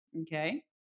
Okay